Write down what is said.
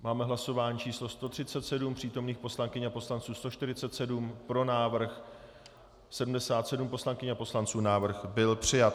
Máme hlasování číslo 137, přítomných poslankyň a poslanců 147, pro návrh 77 poslankyň a poslanců, návrh byl přijat.